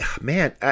man